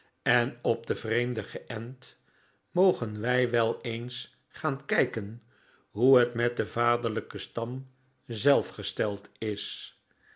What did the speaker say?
en op den vreemden geent mogen wij wel eens gaan kijken hoe het met den vaderlijken stam zelf gesteld is